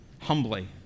humbly